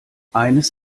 eines